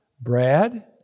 Brad